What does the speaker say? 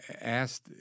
asked